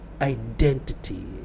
identity